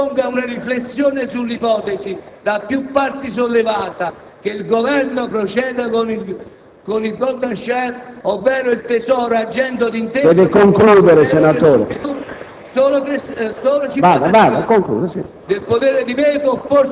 Allora, signori colleghi, credo s'imponga una riflessione sull'ipotesi, da più parti sollevata, che il Governo proceda con la *golden share*; ovvero il Tesoro, agendo d'intesa...